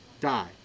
Die